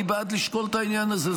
אני בעד לשקול את העניין הזה.